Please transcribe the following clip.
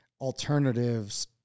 alternatives